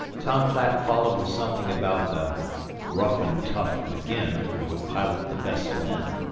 tom platt followed with something about the rough and tough mcginn, who would pilot the vessel in.